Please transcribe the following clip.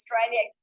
Australia